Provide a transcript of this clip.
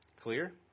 clear